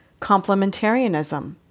complementarianism